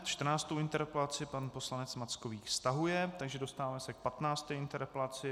Čtrnáctou interpelaci pan poslanec Mackovík stahuje, takže se dostáváme k patnácté interpelaci.